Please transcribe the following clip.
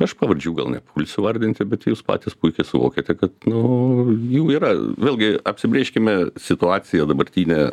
aš pavardžių gal nepulsiu vardinti bet jūs patys puikiai suvokiate kad nu jų yra vėlgi apsibrėžkime situaciją dabartinę